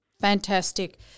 fantastic